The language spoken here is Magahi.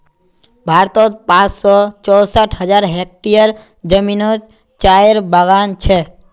भारतोत पाँच सौ चौंसठ हज़ार हेक्टयर ज़मीनोत चायेर बगान छे